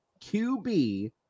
QB